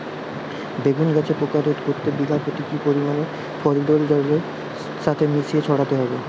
বেগুন গাছে পোকা রোধ করতে বিঘা পতি কি পরিমাণে ফেরিডোল জলের সাথে মিশিয়ে ছড়াতে হবে?